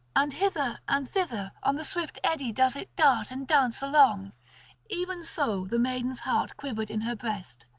and hither and thither on the swift eddy does it dart and dance along even so the maiden's heart quivered in her breast.